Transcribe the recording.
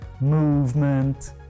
movement